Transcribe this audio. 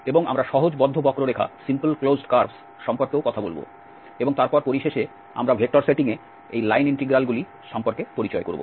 এবং আমরা সহজ বদ্ধ বক্ররেখা সম্পর্কেও কথা বলব এবং তারপর পরিশেষে আমরা ভেক্টর সেটিংয়ে এই লাইন ইন্টিগ্রালগুলি সম্পর্কে পরিচয় করব